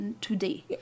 today